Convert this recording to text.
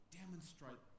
demonstrate